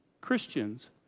Christians